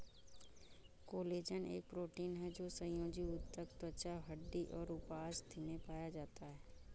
collagen एक protein है जो संयोजी ऊतक, त्वचा, हड्डी और उपास्थि में पाया जाता है